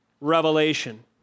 revelation